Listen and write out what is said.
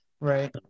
Right